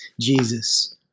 Jesus